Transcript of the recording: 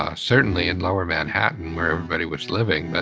ah certainly in lower manhattan where everybody was living,